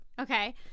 Okay